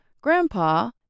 Grandpa